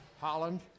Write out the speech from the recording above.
Holland